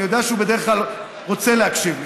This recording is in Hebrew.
אני יודע שהוא בדרך כלל רוצה להקשיב לי,